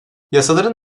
yasaların